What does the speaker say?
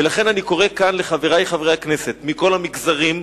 ולכן אני קורא כאן לחברי חברי הכנסת מכל המגזרים,